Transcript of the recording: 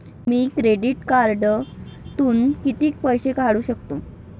मी credit कार्डातून किती पैसे काढू शकतो?